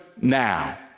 now